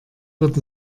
wird